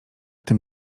tym